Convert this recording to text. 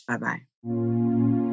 Bye-bye